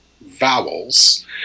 vowels